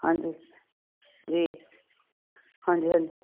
ਹਾਂਜੀ ਜੀ ਹਾਂਜੀ ਹਾਂਜੀ